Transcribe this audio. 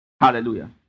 Hallelujah